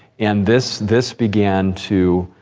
and this, this began to,